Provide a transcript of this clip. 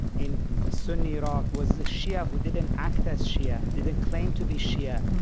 in sunni iraq, was a shia who didn't act as shia, didn't claim to be shia,